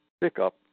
pickup